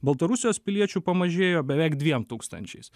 baltarusijos piliečių pamažėjo beveik dviem tūkstančiais